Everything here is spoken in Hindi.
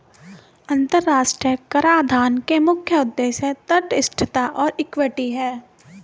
अंतर्राष्ट्रीय कराधान के मुख्य उद्देश्य तटस्थता और इक्विटी हैं